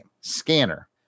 Scanner